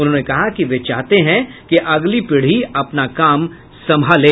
उन्होंने कहा कि वे चाहते हैं कि अगली पीढ़ी अपना काम संभाले